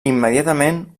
immediatament